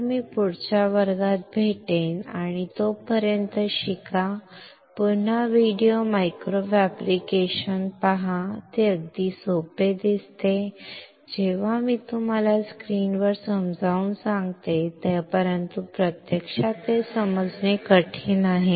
तर मी तुला पुढच्या वर्गात भेटेन आणि तोपर्यंत शिका पुन्हा व्हिडिओ मायक्रो फॅब्रिकेशन पहा ते अगदी सोपे दिसते जेव्हा मी तुम्हाला स्क्रीनवर समजावून सांगतो परंतु प्रत्यक्षात ते समजणे कठीण आहे